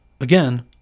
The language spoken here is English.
again